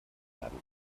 bleiben